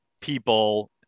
people